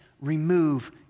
remove